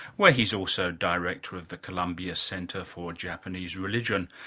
where he's also director of the columbia center for japanese religion.